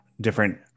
different